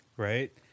Right